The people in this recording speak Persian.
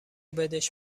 بدش